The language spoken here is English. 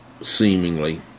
seemingly